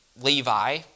Levi